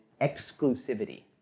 exclusivity